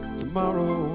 tomorrow